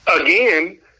Again